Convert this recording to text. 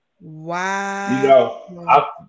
Wow